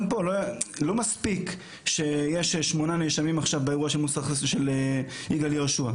פה לא מספיק שיש שמונה נאשמים עכשיו באירוע של יגאל יהושוע,